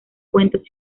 cuentos